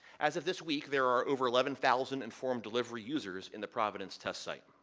as of this week, there are over eleven thousand informed delivery users in the providence test site.